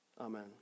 Amen